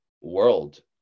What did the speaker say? world